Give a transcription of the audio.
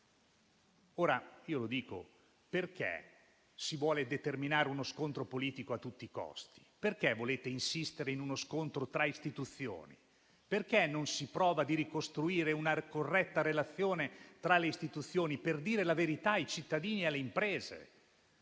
mondo nel 2022. Perché si vuole determinare uno scontro politico a tutti i costi? Perché volete insistere in uno scontro tra istituzioni? Perché non si prova a ricostruire una corretta relazione tra le istituzioni per dire la verità ai cittadini e alle imprese?